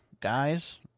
guys